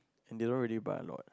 and they don't really buy a lot